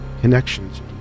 connections